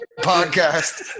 podcast